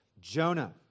Jonah